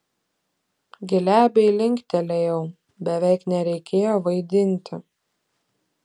glebiai linktelėjau beveik nereikėjo vaidinti